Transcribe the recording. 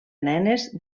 nenes